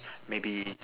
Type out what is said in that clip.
maybe